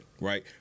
right